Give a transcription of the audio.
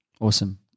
Awesome